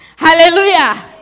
Hallelujah